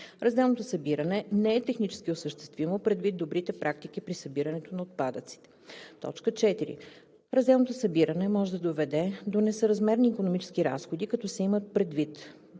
разделното събиране не е технически осъществимо, предвид добрите практики при събирането на отпадъците; 4. разделното събиране може да доведе до несъразмерни икономически разходи, като се имат предвид: